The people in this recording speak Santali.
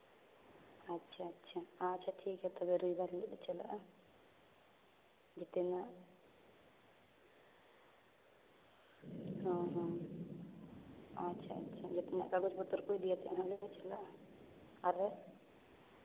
ᱟᱪᱪᱷᱟ ᱟᱪᱪᱷᱟ ᱟᱪᱪᱷᱟ ᱴᱷᱤᱠᱜᱮᱭᱟ ᱛᱚᱵᱮ ᱨᱚᱵᱤ ᱵᱟᱨ ᱦᱤᱞᱳᱜ ᱞᱮ ᱪᱟᱞᱟᱜᱼᱟ ᱡᱮᱛᱮᱱᱟᱜ ᱦᱚᱸ ᱦᱚᱸ ᱟᱪᱪᱷᱟ ᱟᱪᱪᱷᱟ ᱡᱮᱛᱮᱱᱟᱜ ᱠᱟᱜᱚᱡᱽ ᱯᱚᱛᱨᱚ ᱠᱚ ᱤᱫᱤ ᱠᱟᱛᱮᱫ ᱦᱟᱸᱜ ᱞᱮ ᱪᱟᱞᱟᱜᱼᱟ ᱟᱨ